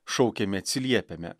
šaukiami atsiliepiame